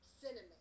cinnamon